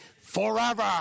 forever